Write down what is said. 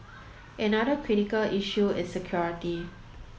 another critical issue is security